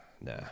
Nah